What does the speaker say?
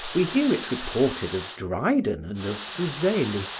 we hear it reported of dryden and of fuseli,